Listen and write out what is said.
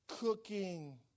cooking